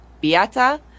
Beata